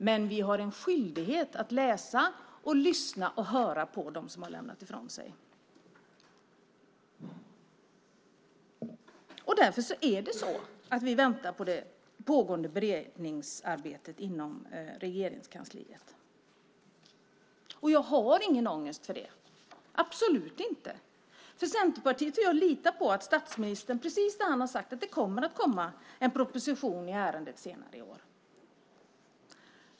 Men vi har en skyldighet att läsa och lyssna och höra på dem som har lämnat ifrån sig remissvar. Därför väntar vi på det pågående beredningsarbetet inom Regeringskansliet. Jag har ingen ångest för det, absolut inte! Centerpartiet och jag litar på statsministern när han säger att det kommer en proposition i ärendet senare i år.